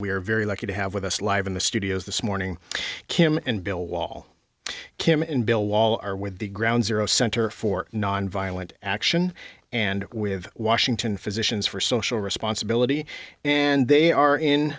are very lucky to have with us live in the studios this morning kim and bill wall kim and bill wall are with the ground zero center for nonviolent action and with washington physicians for social responsibility and they are in